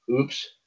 Oops